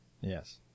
Yes